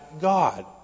God